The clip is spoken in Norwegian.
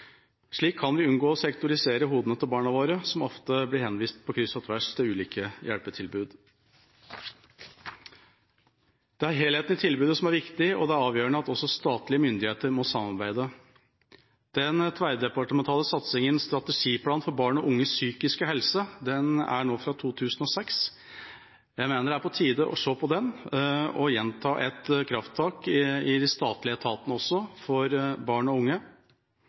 Slik kan vi unngå å sektorisere hodene til barna våre som ofte blir henvist på kryss og tvers til ulike hjelpetilbud. Det er helheten i tilbudet som er viktig, og det er avgjørende at også statlige myndigheter samarbeider. Den tverrdepartementale satsingen med strategiplan for barn og unges psykiske helse er nå fra 2006. Jeg mener det er på tide å se på den og gjenta et krafttak også i de statlige etatene for barn og unge